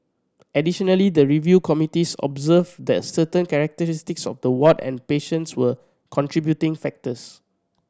additionally the review committees observed that certain characteristics of the ward and patients were contributing factors